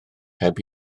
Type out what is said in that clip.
heb